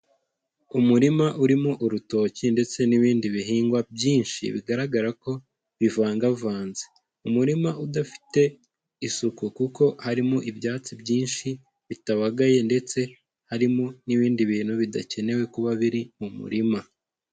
Umurima urimo urutoki ndetse n'ibindi bihingwa byinshi bigaragara ko bivangavanze. Umurima udafite isuku kuko harimo ibyatsi byinshi, bitabagaye ndetse harimo n'ibindi bintu bidakenewe kuba biri mu murima.